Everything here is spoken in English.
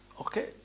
Okay